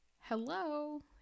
Hello